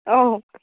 অঁ